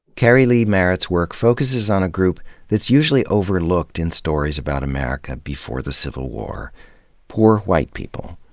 keri leigh merritt's work focuses on a group that's usually overlooked in stories about america before the civil war poor white people.